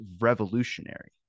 revolutionary